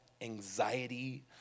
anxiety